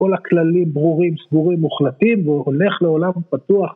כל הכללים ברורים סגורים מוחלטים והוא הולך לעולם פתוח